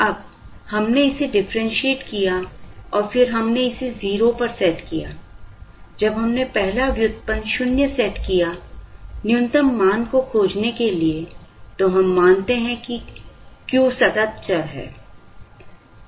जब हमने इसे डिफरेंशिएट किया और फिर हमने इसे 0 पर सेट किया जब हमने पहला व्युत्पन्न 0 सेट किया न्यूनतम मान को खोजने के लिए तो हम मानते हैं कि Q सतत चर है